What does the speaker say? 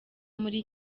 muri